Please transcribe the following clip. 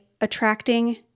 attracting